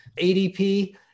ADP